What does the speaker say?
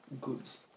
goods